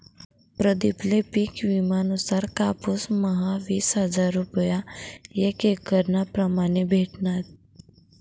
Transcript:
प्रदीप ले पिक विमा नुसार कापुस म्हा वीस हजार रूपया एक एकरना प्रमाणे भेटनात